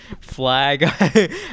flag